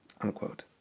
unquote